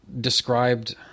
described